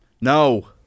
No